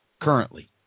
currently